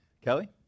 kelly